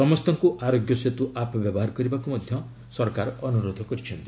ସମସ୍ତଙ୍କୁ ଆରୋଗ୍ୟ ସେତୁ ଆପ୍ ବ୍ୟବହାର କରିବାକୁ ସରକାର ଅନୁରୋଧ କରିଛନ୍ତି